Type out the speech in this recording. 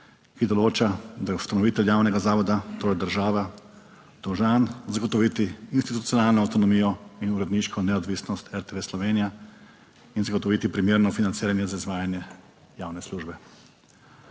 ki določa, da je ustanovitelj javnega zavoda, torej država, dolžan zagotoviti institucionalno avtonomijo in uredniško neodvisnost RTV Slovenija in zagotoviti primerno financiranje za izvajanje javne službe.